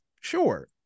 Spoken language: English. Sure